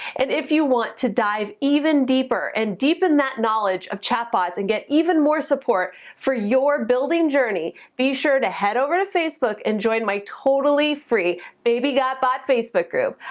and if you want to dive even deeper and deepen that knowledge of chatbots. and get even more support for your building journey, be sure to head over to facebook and join my totally free baby got bot facebook group.